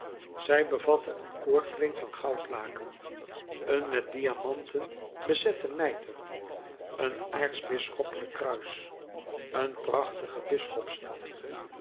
zij bevatte een koorkleed van goudlaken een met diamanten bezetten mijter een aartsbisschoppelijk kruis een prachtigen bisschopsstaf